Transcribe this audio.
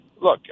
Look